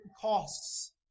costs